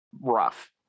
rough